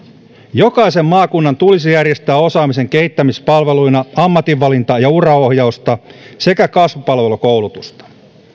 jokaisen maakunnan tulisi järjestää osaamisen kehittämispalveluina ammatinvalinta ja uraohjausta sekä kasvupalvelukoulutusta